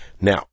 Now